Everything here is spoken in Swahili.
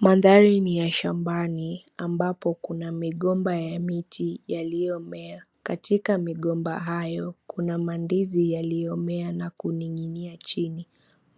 Mandhari ni ya shambani ambapo kuna migomba ya miti yaliyomea. Katika migomba hayo kuna mandizi yaliyomea na kuning'inia chini.